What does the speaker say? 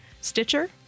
Stitcher